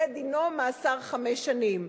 יהיה דינו מאסר חמש שנים.